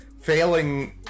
failing